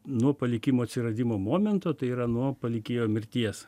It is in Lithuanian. nuo palikimo atsiradimo momento tai yra nuo palikėjo mirties